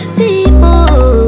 people